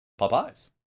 Popeyes